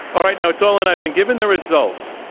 all right. now it's all in. i've been given the results.